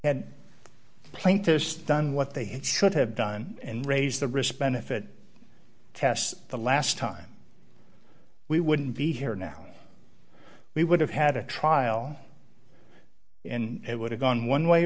had plaintiffs done what they should have done and raise the risk benefit test the last time we wouldn't be here now we would have had a trial in it would have gone one way